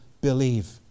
believe